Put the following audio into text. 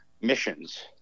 missions